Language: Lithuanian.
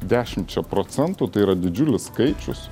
dešimčia procentų tai yra didžiulis skaičius